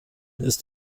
ist